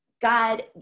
God